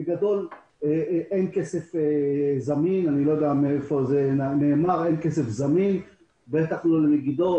בגדול אין כסף זמין אני לא יודע איפה זה נאמר בטח לא למגידו,